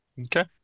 Okay